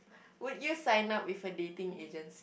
would you sign up with a dating agency